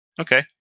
Okay